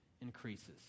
increases